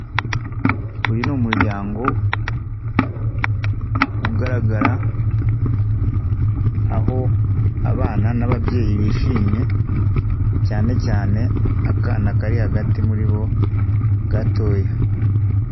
Uyu ni umuryango ugaragara, aho abana n'ababyeyi bishimye, cyane cyane akana kari hagati muri bo gatoya.